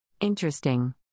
Interesting